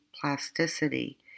plasticity